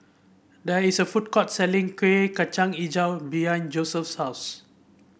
there is a food court selling Kueh Kacang hijau behind Joseph's house